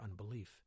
unbelief